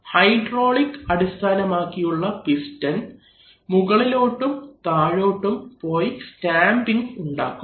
hydraulic അടിസ്ഥാനമാക്കിയുള്ള piston മുകളിലോട്ടും താഴോട്ടും പോയി സ്റ്റാമ്പിങ് ഉണ്ടാക്കും